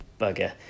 bugger